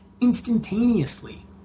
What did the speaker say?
instantaneously